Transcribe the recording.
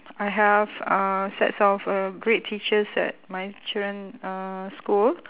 I have uh sets of uh great teachers at my children uh school